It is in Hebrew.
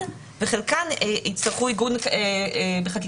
וחלקן יצטרכו עיגון בחקיקת משנה.